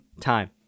time